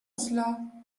cela